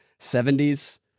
70s